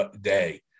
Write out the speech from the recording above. day